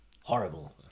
horrible